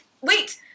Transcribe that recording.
Wait